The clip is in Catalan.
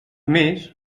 més